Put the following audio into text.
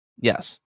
Yes